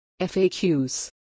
FAQs